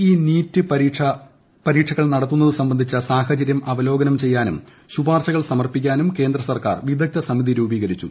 E NEET പരീക്ഷകൾ നടത്തുന്നത് സംബന്ധിച്ച് സാഹചര്യം അവലോകനം ചെയ്യാനും ശുപ്പൂർശകൾ സമർപ്പിക്കാനും കേന്ദ്ര സർക്കാർ വിദഗ്ധസമിതി രൂപീകൃതിച്ചു